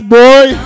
boy